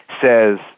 says